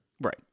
Right